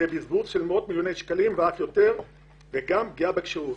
זה בזבוז של מאות מיליוני שקלים ואף יותר וגם פגיעה בכשירות.